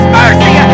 mercy